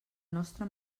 nostra